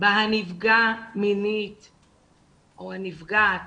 בה הנפגע מינית או הנפגעת